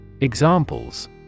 Examples